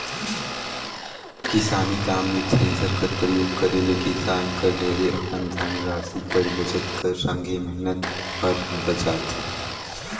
किसानी काम मे थेरेसर कर परियोग करे ले किसान कर ढेरे अकन धन रासि कर बचत कर संघे मेहनत हर बाचथे